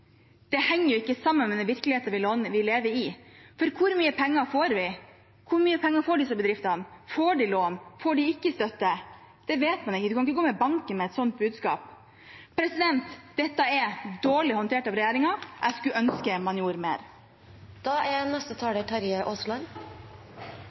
henger ikke sammen med den virkeligheten vi lever i. Hvor mye penger får vi? Hvor mye penger får disse bedriftene? Får de lån? Får de ikke støtte? Det vet man ikke. Man kan ikke komme i banken med et sånt budskap. Dette er dårlig håndtert av regjeringen. Jeg skulle ønske man gjorde